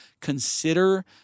consider